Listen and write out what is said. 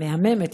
מהממת,